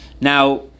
Now